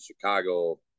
Chicago